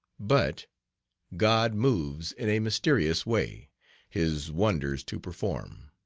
but god moves in a mysterious way his wonders to perform.